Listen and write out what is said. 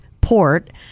port